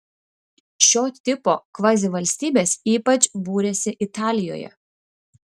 šio tipo kvazivalstybės ypač būrėsi italijoje